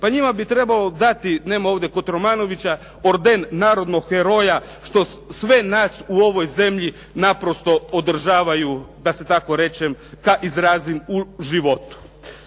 Pa njima bi trebalo dati, nema ovdje Kotromanovića, orden narodnog heroja što sve nas u ovoj zemlji naprosto održavaju da se tako izrazim u životu.